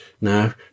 now